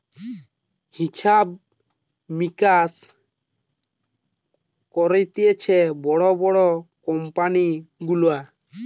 হিসাব মিকাস করতিছে বড় বড় কোম্পানি গুলার